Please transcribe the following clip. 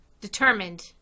determined